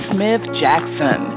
Smith-Jackson